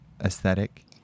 aesthetic